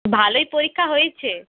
ভালই পরীক্ষা হয়েছে